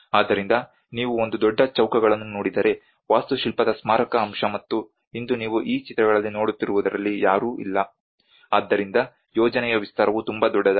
ಆದ್ದರಿಂದ ನೀವು ಒಂದು ದೊಡ್ಡ ಚೌಕಗಳನ್ನು ನೋಡಿದರೆ ವಾಸ್ತುಶಿಲ್ಪದ ಸ್ಮಾರಕ ಅಂಶ ಮತ್ತು ಇಂದು ನೀವು ಈ ಚಿತ್ರಗಳಲ್ಲಿ ನೋಡುತ್ತಿರುವುದರಲ್ಲಿ ಯಾರೂ ಇಲ್ಲ ಆದ್ದರಿಂದ ಯೋಜನೆಯ ವಿಸ್ತಾರವು ತುಂಬಾ ದೊಡ್ಡದಾಗಿದೆ